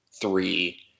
three